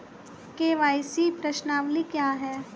KYC प्रश्नावली क्या है?